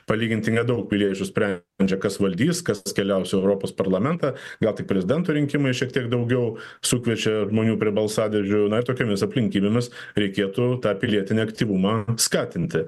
palyginti nedaug piliečių sprendžia kas valdys kas keliaus į europos parlamentą gal tai prezidento rinkimai šiek tiek daugiau sukviečia žmonių prie balsadėžių na ir tokiomis aplinkybėmis reikėtų tą pilietinį aktyvumą skatinti